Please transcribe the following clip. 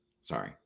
Sorry